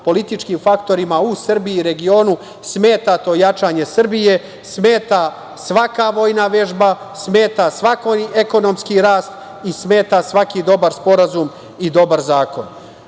političkim faktorima u Srbiji i regionu smeta to jačanje Srbije, smeta svaka vojna vežba, smeta ekonomski rast i smeta svaki dobar sporazum i dobar zakon.